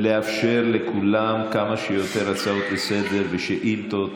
ולאפשר לכולם כמה שיותר הצעות לסדר-היום ושאילתות.